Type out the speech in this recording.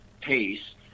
pace